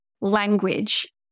language